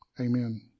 Amen